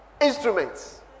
Instruments